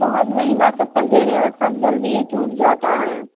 बहुत महंगा चप्पल दे रहे हो और सब जल्दिये टूट जाता है